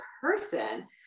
person